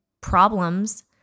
problems